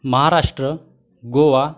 Maharashtra Goa